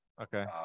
Okay